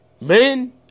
men